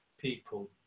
people